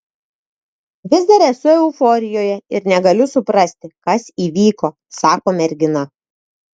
vis dar esu euforijoje ir negaliu suprasti kas įvyko sako mergina